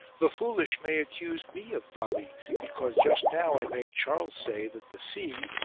the foolish may accuse me of folly because just now i made charles say that the sea,